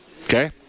Okay